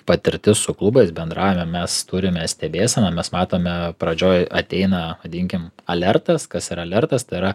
patirtis su klubais bendravę mes turime stebėseną mes matome pradžioj ateina vadinkim alertas kas yra alertas tai yra